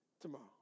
tomorrow